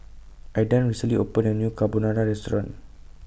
Aidan recently opened A New Carbonara Restaurant